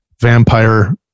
vampire